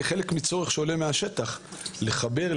כחלק מצורך שעולה מהשטח לחבר,